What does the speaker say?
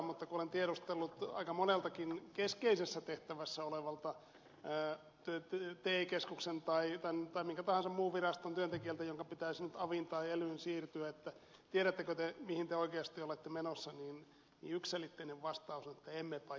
kun olen tiedustellut aika moneltakin keskeisessä tehtävässä olevalta te keskuksen tai minkä tahansa muun viraston työntekijältä jonka pitäisi nyt aviin tai elyyn siirtyä tiedättekö te mihin te oikeasti olette menossa niin yksiselitteinen vastaus on että emmepä juuri